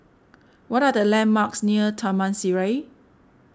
what are the landmarks near Taman Sireh